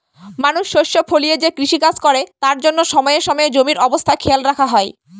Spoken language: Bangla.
মানুষ শস্য ফলিয়ে যে কৃষিকাজ করে তার জন্য সময়ে সময়ে জমির অবস্থা খেয়াল রাখা হয়